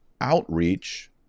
outreach